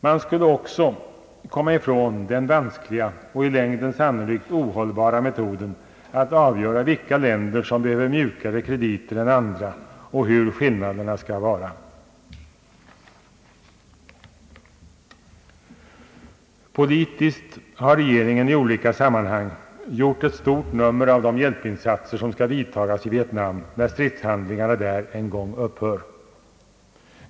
Man skulle också komma ifrån den vanskliga och i längden sannolikt ohållbara metoden att avgöra vilka länder som behöver mjukare krediter än andra och hur skillnaderna skall vara. Politiskt har regringen i olika sammanhang gjort ett stort nummer av de hjälpinsatser som skall vidtagas i Vietnam när stridshandlingarna där en gång upphör.